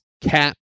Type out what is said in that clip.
cap